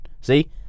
See